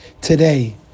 today